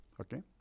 okay